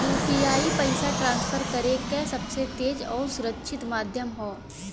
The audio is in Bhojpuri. यू.पी.आई पइसा ट्रांसफर करे क सबसे तेज आउर सुरक्षित माध्यम हौ